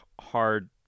hard